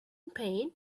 pain